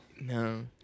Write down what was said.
No